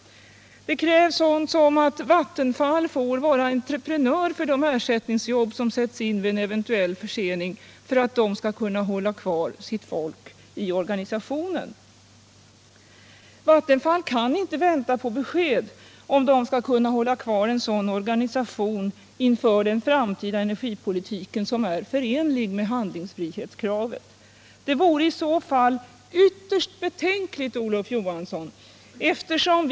Vattenfall behöver också få bli entreprenör för de ersättningsjobb som sätts in vid en eventuell försening, så att man kan hålla kvar sitt folk i organisationen. Vattenfall kan inte vänta längre på besked, om man inför den framtida energipolitiken skall kunna hålla kvar en sådan organisation som är förenlig med handlingsfrihetskravet. Att inte tillgodose Vattenfalls krav i detta avseende vore, Olof Johansson, ytterst betänkligt.